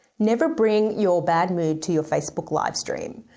never bring your bad mood to your facebook livestream.